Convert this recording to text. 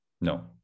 No